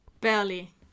barely